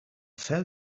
fell